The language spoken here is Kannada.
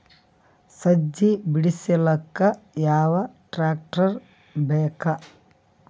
ಸಜ್ಜಿ ಬಿಡಿಸಿಲಕ ಯಾವ ಟ್ರಾಕ್ಟರ್ ಬೇಕ?